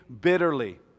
bitterly